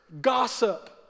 gossip